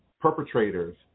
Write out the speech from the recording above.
perpetrators